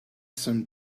some